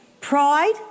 pride